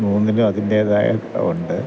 മൂന്നിലും അതിൻറ്റേതായ ഉണ്ട്